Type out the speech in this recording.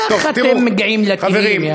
איך אתם מגיעים לטילים, יא רבי, איך?